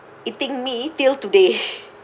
eating me till today